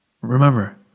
Remember